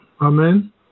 amen